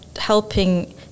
helping